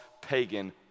pagan